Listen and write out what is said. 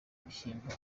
ibishyimbo